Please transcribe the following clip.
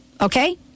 Okay